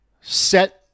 set